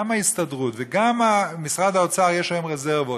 וגם ההסתדרות, וגם למשרד האוצר יש היום רזרבות,